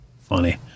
Funny